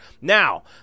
Now